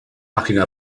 página